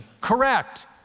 correct